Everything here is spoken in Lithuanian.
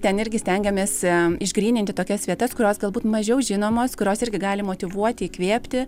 ten irgi stengiamasi išgryninti tokias vietas kurios galbūt mažiau žinomos kurios irgi gali motyvuoti įkvėpti